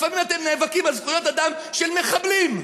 לפעמים אתם נאבקים על זכויות אדם של מחבלים,